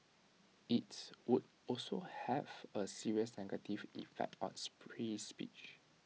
IT would also have A serious negative effect on free speech